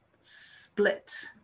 split